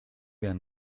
wer